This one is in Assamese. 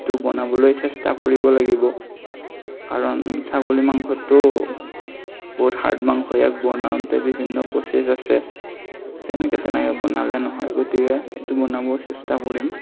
সেইটো বনাবলৈ চেষ্টা কৰিব লাগিব কাৰণ ছাগলী মাংসটো বহুত হাৰ্ড মাংস ইয়াক বনাওতে বিভিন্ন প্ৰচেছ আছে যেনেকে তেনেকে বনালে নহয় গতিকে এইটো বনাব চেষ্টা কৰিম